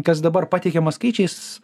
kas dabar pateikiama skaičiais